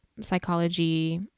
psychology